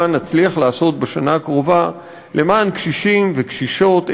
נצליח לעשות בשנה הקרובה למען קשישים וקשישות,